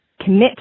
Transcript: commit